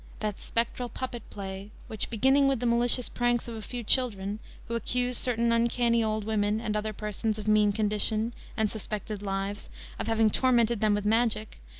that spectral puppet play, which, beginning with the malicious pranks of a few children who accused certain uncanny old women and other persons of mean condition and suspected lives of having tormented them with magic,